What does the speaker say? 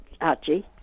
Archie